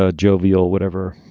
ah jovial, whatever.